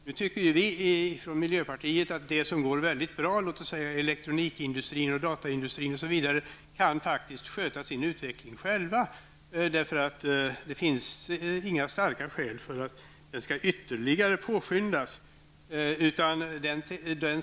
Nu tycker ju vi från miljöpartiet att branscher som går väldigt bra -- låt oss säga elektronikindustrin, dataindustrin, osv. -- faktiskt kan sköta sin utveckling själva. Det finns inga starka skäl för att den skall ytterligare påskyndas.